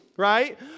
Right